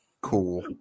Cool